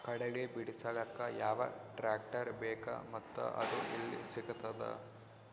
ಕಡಲಿ ಬಿಡಿಸಲಕ ಯಾವ ಟ್ರಾಕ್ಟರ್ ಬೇಕ ಮತ್ತ ಅದು ಯಲ್ಲಿ ಸಿಗತದ?